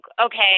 okay